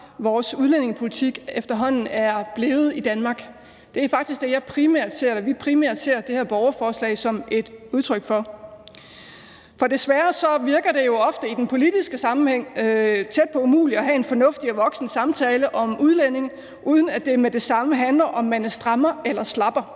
vores udlændingepolitik efterhånden er blevet i Danmark. Det er faktisk det, som vi primært ser det her borgerforslag som et udtryk for. For desværre virker det jo ofte i den politiske sammenhæng tæt på umuligt at have en fornuftig og voksen samtale om udlændinge, uden at det med det samme handler om, om man er strammer eller slapper.